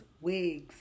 wigs